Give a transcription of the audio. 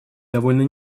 довольно